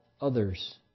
others